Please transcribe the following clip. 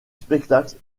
spectacle